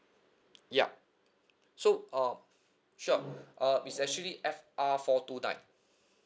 ya so uh sure uh it's actually F R four two nine